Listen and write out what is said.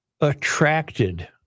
attracted